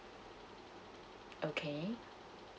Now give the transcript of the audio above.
okay